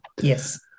Yes